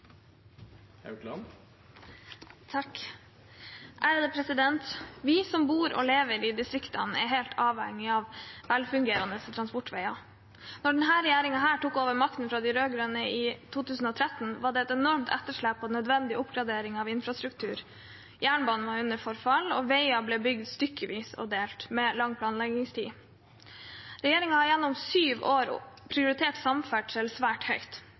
helt avhengige av velfungerende transportveier. Da denne regjeringen tok over makten fra de rød-grønne i 2013, var det et enormt etterslep på nødvendig oppgradering av infrastruktur. Jernbanen var under forfall, og veier ble bygget stykkevis og delt med lang planleggingstid. Regjeringen har gjennom syv år prioritert samferdsel svært høyt.